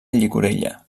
llicorella